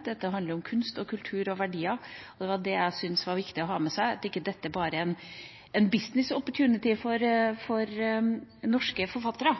dette handler om kunst, kultur og verdier. Det var det jeg syntes var viktig å ha med seg, at dette ikke bare er en «business opportunity» for norske forfattere.